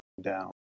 down